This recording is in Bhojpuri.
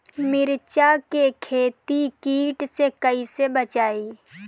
मिर्च के खेती कीट से कइसे बचाई?